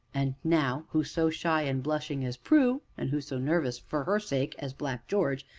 and now, who so shy and blushing as prue, and who so nervous, for her sake, as black george,